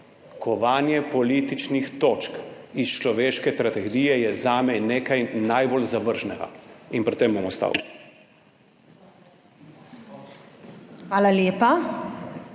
kovanje političnih točk iz človeške tragedije je zame nekaj najbolj zavržnega. In pri tem bom ostal.